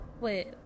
wait